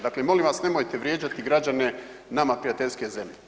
Dakle, molim vas nemojte vrijeđati građane nama prijateljske zemlje.